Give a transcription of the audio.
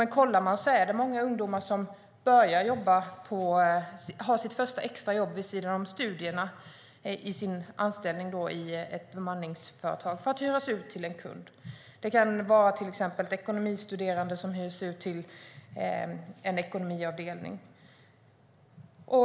Det är många ungdomar som har sitt första extra jobb vid sidan av studierna i ett bemanningsföretag och hyrs ut till en kund. Det kan vara till exempel en ekonomistuderande som hyrs ut till en ekonomiavdelning.